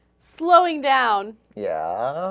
slowing down yeah